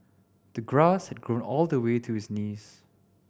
the grass had grown all the way to his knees